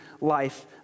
life